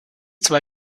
zwei